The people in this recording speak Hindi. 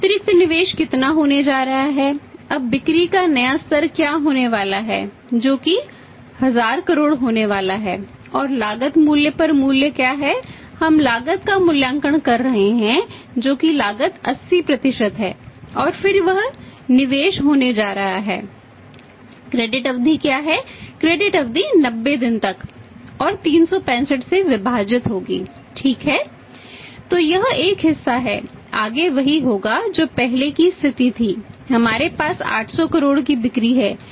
तो अतिरिक्त निवेश कितना होने जा रहा है अब बिक्री का नया स्तर क्या होने वाला है जो कि 1000 करोड़ होने वाला हैऔर लागत मूल्य पर मूल्य क्या है हम लागत का मूल्यांकन कर रहे हैं जो कि लागत 80 है और फिर यह निवेश होने जा रहा है क्रेडिट अवधि 365 से विभाजित है